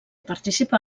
participà